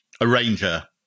arranger